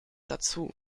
dazu